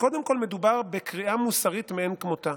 קודם כול, מדובר בקריאה מוסרית מאין כמותה.